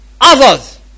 others